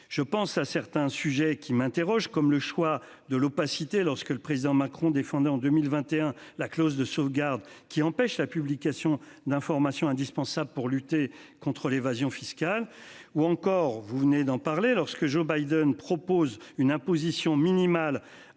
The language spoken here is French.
Je pense à certains sujets qui m'interroge comme le choix de l'opacité. Lorsque le président Macron défendait en 2021 la clause de sauvegarde qui empêche la publication d'informations indispensables pour lutter contre l'évasion fiscale ou encore vous venez d'en parler, lorsque Joe Biden propose une imposition minimale